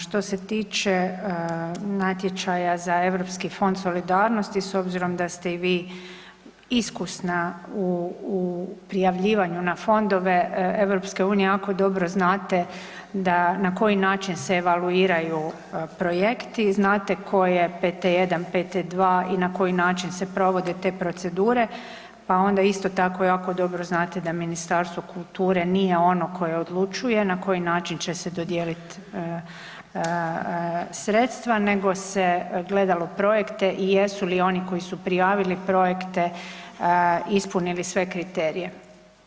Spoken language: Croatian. Što se tiče natječaja za Europski fond solidarnosti, s obzirom da ste i vi iskusna u prijavljivanju na fondove EU-a, jako dobro znate na koji način se evaluiraju projekti, znate ko je PT1, PT2 i na koji način se provode te procedure pa onda isto tako jako dobro znate da Ministarstvo kulture nije ono koje odlučuje na koji način će se dodijelit sredstva nego se gledalo projekte i jesu li oni koji su prijavili projekte ispunili sve kriterije.